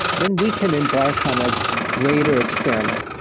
then we can embark on a greater experiment.